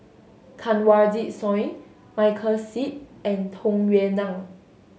Kanwaljit Soin Michael Seet and Tung Yue Nang